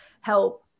help